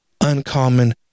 uncommon